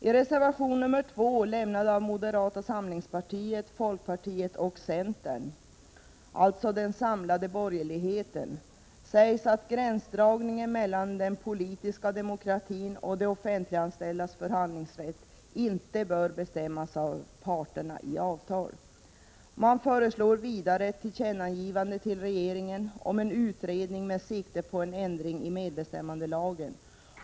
I reservation nr 2, lämnad av moderata samlingspartiet, folkpartiet och centern, alltså den samlade borgerligheten, sägs att gränsdragningen mellan den politiska demokratin och de offentliganställdas förhandlingsrätt inte bör bestämmas av parterna i avtal. Man föreslår vidare ett tillkännagivande till regeringen om en utredning med sikte på en ändring i medbestämmandelagen.